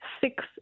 Six